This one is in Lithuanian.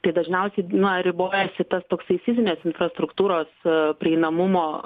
tai dažniausiai na ribojasi tas toksai fizinės infrastruktūros prieinamumo